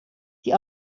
die